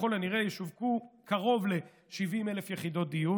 ככל הנראה ישווקו קרוב ל-70,000 יחידות דיור.